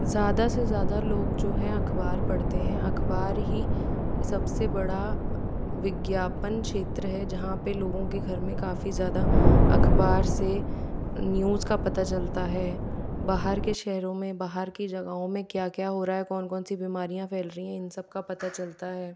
ज़्यादा से ज़्यादा लोग जो हैं अख़बार पढ़ते हैं अख़बार ही सबसे बड़ा विज्ञापन क्षेत्र है जहाँ पर लोगों के घर में काफ़ी ज़्यादा अख़बार से न्यूज़ का पता चलता है बाहर के शहरों में बाहर की जगहों में क्या क्या हो रहा है कौन कौन सी बीमारियाँ फैल रही हैं इन सब का पता चलता है